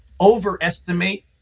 overestimate